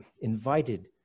invited